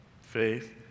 Faith